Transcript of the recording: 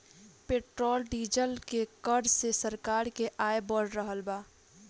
petrol diesel के कर से सरकार के आय बढ़ रहल बा